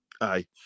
Aye